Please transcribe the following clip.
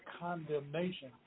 condemnation